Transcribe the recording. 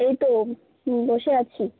এই তো বসে আছি